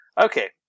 Okay